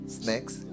snacks